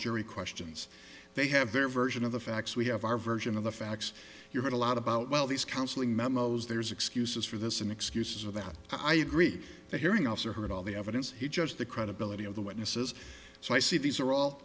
jury questions they have their version of the facts we have our version of the facts you heard a lot about well these counseling memos there's excuses for this and excuses of that i agree the hearing officer heard all the evidence he judge the credibility of the witnesses so i see these are all